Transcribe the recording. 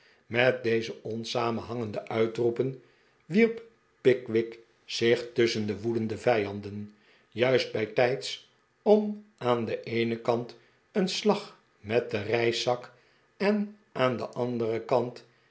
met deze onsamenhangende uitroepen wierp pickwick zich tusschen de woedende vijanden juist bijtijds om aan den eenen kant een slag met den reiszak en aan den anderen kant